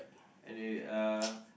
anyway uh